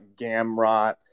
Gamrot